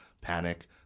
panic